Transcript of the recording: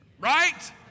right